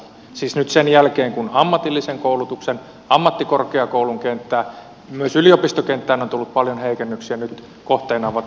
siis nyt sen jälkeen kun ammatillisen koulutuksen ammattikorkeakoulun kenttään myös yliopistokenttään on tullut paljon heikennyksiä nyt kohteena ovat juurikin lukiot